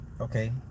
Okay